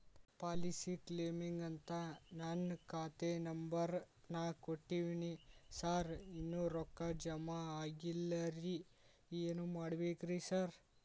Policy ಕ್ಲೇಮಿಗಂತ ನಾನ್ ಖಾತೆ ನಂಬರ್ ನಾ ಕೊಟ್ಟಿವಿನಿ ಸಾರ್ ಇನ್ನೂ ರೊಕ್ಕ ಜಮಾ ಆಗಿಲ್ಲರಿ ಏನ್ ಮಾಡ್ಬೇಕ್ರಿ ಸಾರ್?